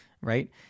right